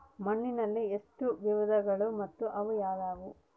ಮಣ್ಣಿನಲ್ಲಿ ಎಷ್ಟು ವಿಧಗಳಿವೆ ಮತ್ತು ಅವು ಯಾವುವು?